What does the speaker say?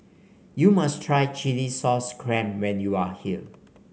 you must try chilli sauce clam when you are here